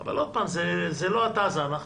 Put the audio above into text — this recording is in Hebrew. אבל עוד פעם, זה לא אתה, זה אנחנו.